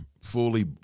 fully